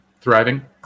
thriving